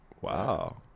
Wow